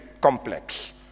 complex